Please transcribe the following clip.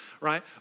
right